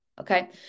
Okay